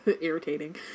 irritating